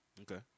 Okay